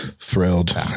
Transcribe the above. thrilled